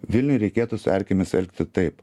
vilniuj reikėtų su erkėmis elgti taip